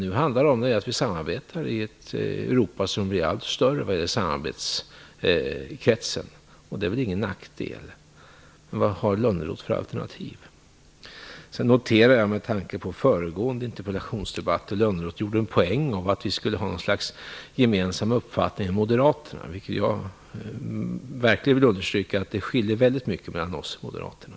Nu handlar det om att vi samarbetar i ett Europa där samarbetskretsen blir allt större, och det är väl ingen nackdel. Vad har Lönnroth för alternativ? Lönnroth en poäng av att vi skulle ha något slags uppfattning gemensam med Moderaterna. Jag vill verkligen understryka att det skiljer väldigt mycket mellan oss och Moderaterna.